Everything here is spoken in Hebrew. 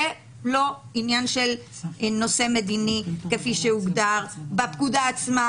לא עניין מדיני כפי שהוגדר בפקודה עצמה